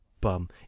bum